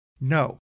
No